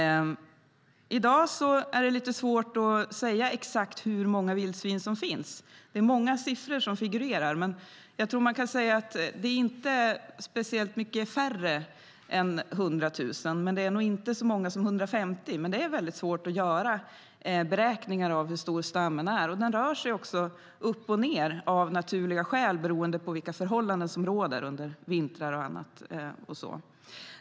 I dag är det lite svårt att säga exakt hur många vildsvin som finns. Det är många siffror som figurerar. Det är inte speciellt mycket färre än 100 000, men det är nog inte så många som 150 000. Det är väldigt svårt att göra beräkningar av hur stor stammen är. Den rör sig också upp och ned av naturliga skäl beroende på vilka förhållanden som råder under vintrar och annat.